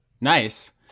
nice